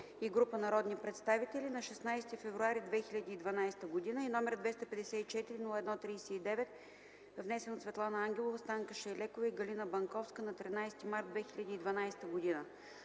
и група народни представители на 16 февруари 2012г., и № 254-01-39, внесен от Светлана Ангелова, Станка Шайлекова и Галина Банковска на 13 март 2012 г.